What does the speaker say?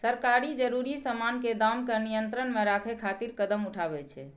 सरकार जरूरी सामान के दाम कें नियंत्रण मे राखै खातिर कदम उठाबै छै